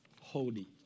holy